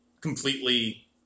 completely